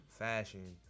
fashion